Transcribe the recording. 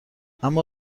اما